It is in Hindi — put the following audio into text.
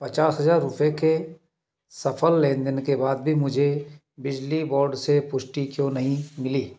पचास हजार रुपये के सफल लेन देन के बाद भी मुझे बिजली बोर्ड से पुष्टि क्यों नहीं मिली